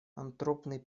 антропный